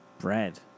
bread